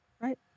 Right